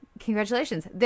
Congratulations